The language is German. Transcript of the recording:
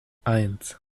eins